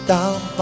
Down